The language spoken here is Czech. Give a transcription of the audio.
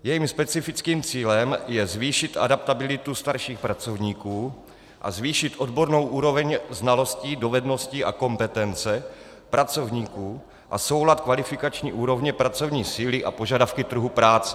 Jejím specifickým cílem je zvýšit adaptabilitu starších pracovníků a zvýšit odbornou úroveň znalostí, dovedností a kompetence pracovníků a soulad kvalifikační úrovně pracovní síly a požadavky trhu práce.